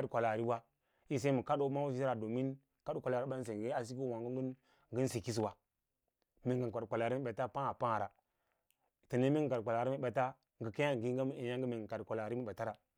kwalaari sen kadoo maawasoyara domin kas kwalaari an sengya sikisawa mee ngan kad kwalaari ma bets paa pas a tanic mee ngan kad kwalar nge kaa ngauga ma eyanga ne an kad kwan.